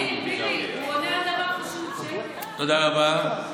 תודה רבה.